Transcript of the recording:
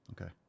Okay